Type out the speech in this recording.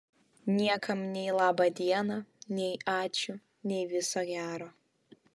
niekam nei laba diena nei ačiū nei viso gero